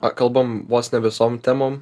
pakalbam vos ne visom temom